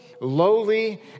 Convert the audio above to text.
lowly